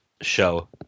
show